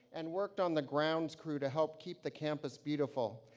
and worked on the grounds crew to help keep the campus beautiful,